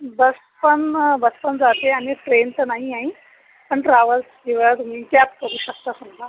बस पण बस पण जाते आणि ट्रेन तर नाही आहे पण ट्रॅव्हल्स किंवा तुम्ही कॅब करू शकता समजा